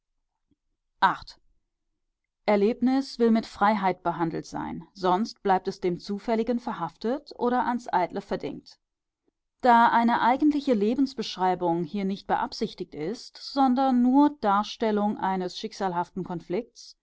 erlebnis will mit freiheit behandelt sein sonst bleibt es dem zufälligen verhaftet oder ans eitle verdingt da eine eigentliche lebensbeschreibung hier nicht beabsichtigt ist sondern nur darstellung eines schicksalhaften konflikts